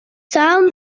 town